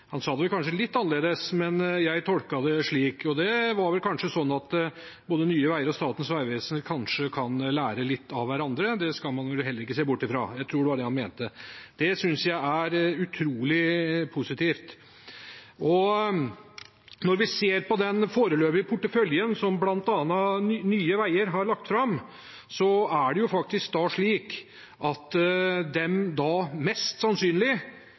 Han sa det kanskje litt annerledes, men jeg tolket det slik. Det er kanskje slik at både Nye veier og Statens vegvesen kan lære litt av hverandre – det skal man vel heller ikke se bort fra. Jeg tror det var det han mente. Det synes jeg er utrolig positivt. Når vi ser på den foreløpige porteføljen som bl.a. Nye veier har lagt fram, er det faktisk slik at de da mest sannsynlig